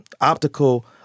optical